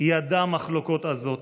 ידע מחלוקות עזות,